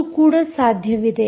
ಅದು ಕೂಡ ಸಾಧ್ಯವಿದೆ